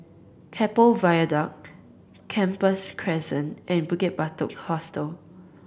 Keppel Viaduct Gambas Crescent and Bukit Batok Hostel